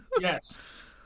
Yes